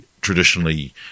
traditionally